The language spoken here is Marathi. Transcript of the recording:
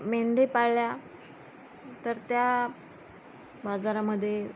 मेंढी पाळल्या तर त्या बाजारामध्ये